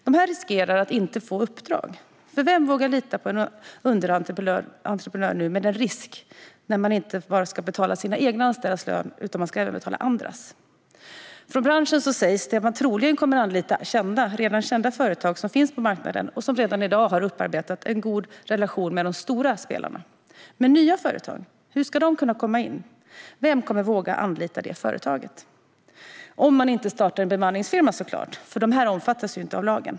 De riskerar att inte få uppdrag, för vem vågar nu lita på en underentreprenör i och med risken det innebär att man ska betala inte bara sina egna anställdas lön utan även andras? Från branschen sägs det att kunder troligen kommer att anlita redan kända företag som finns på marknaden och som redan i dag har upparbetat en god relation med de stora spelarna. Hur ska nya företag komma in? Vem kommer att våga anlita ett sådant företag? Man kan dock starta en bemanningsfirma, för sådana omfattas inte av lagen.